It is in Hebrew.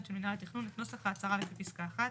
של מינהל התכנון את נוסח ההצהרה לפי פסקה (1)